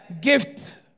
Gift